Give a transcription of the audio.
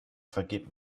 vergebt